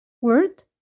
word